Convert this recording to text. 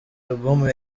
alubumu